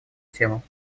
тему